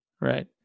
right